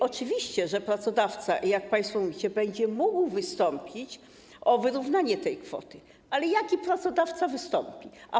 Oczywiście, że pracodawca, jak państwo mówicie, będzie mógł wystąpić o wyrównanie tej kwoty, ale który pracodawca to zrobi?